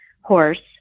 horse